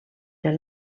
del